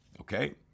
Okay